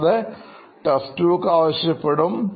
കൂടാതെ test book ആവശ്യപ്പെടും